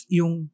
yung